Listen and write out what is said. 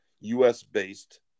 US-based